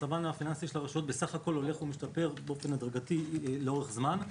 מצבן הפיננסי של הרשויות הולך ומשתפר באופן הדרגתי לאורך זמן.